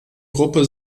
gruppe